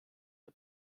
der